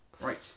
Right